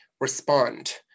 respond